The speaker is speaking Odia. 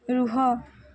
ରୁହ